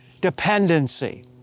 dependency